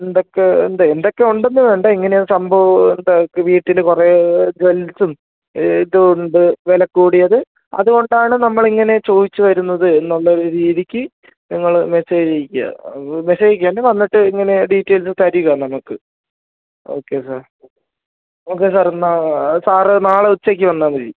എന്തൊക്കെ ഉണ്ട് എന്തൊക്കെയുണ്ടെന്ന് വേണ്ട എങ്ങനെയാണ് സംഭവം വീട്ടിൽ കുറെ ജ്വൽസും ഇതുമുണ്ട് വില കൂടിയത് അതുകൊണ്ടാണ് നമ്മൾ ഇങ്ങനെ ചോദിച്ച് വരുന്നത് എന്നുള്ള ഒരു രീതിക്ക് നിങ്ങൾ മെസ്സേജ് അയക്കാൻ മെസ്സേജ് അയക്കണ്ട വന്നിട്ട് ഇങ്ങനെ ഡീറ്റെയിൽസ് തരിക നമ്മൾക്ക് ഓക്കേ സാർ ഓക്കേ സാർ എന്നാൽ സാറ് നാളെ ഉച്ചയ്ക്ക് വന്നാൽ മതി